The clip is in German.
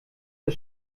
zur